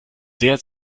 sehr